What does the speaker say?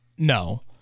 No